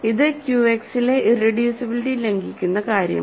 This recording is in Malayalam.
ഇത് ക്യൂ എക്സിലെ ഇറെഡ്യൂസിബിലിറ്റി ലംഘിക്കുന്ന കാര്യമാണ്